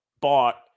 bought